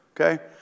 Okay